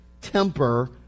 temper